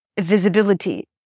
visibility